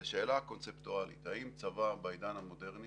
זה השאלה הקונספטואלית: האם צבא בעידן המודרני